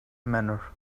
manner